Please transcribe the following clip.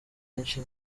benshi